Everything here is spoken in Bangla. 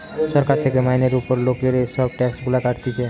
সরকার থেকে মাইনের উপর লোকের এসব ট্যাক্স গুলা কাটতিছে